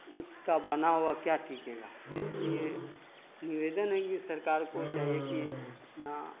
اس کا بنا ہوا کیا ٹکے گا اس لیے نویدن ہے کہ سرکار کو چاہیے کہ اپنا